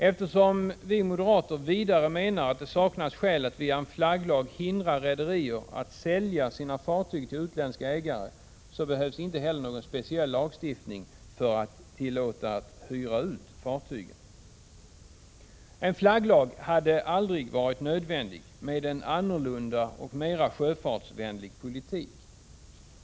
Eftersom vi moderater vidare menar att det saknas skäl att via en flagglag hindra rederier att sälja sina fartyg till utländska ägare, behövs inte heller någon speciell lagstiftning för att tillåta att de hyr ut fartygen. En flagglag hade aldrig varit nödvändig med en annorlunda och mera sjöfartsvänlig politik.